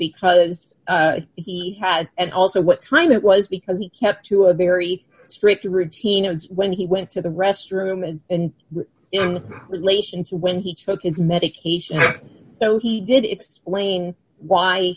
because he had and also what's right it was because he kept to a very strict routine when he went to the restroom and in relation to when he took his medication so he did explain why